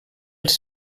els